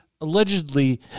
allegedly